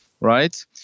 Right